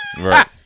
Right